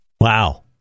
Wow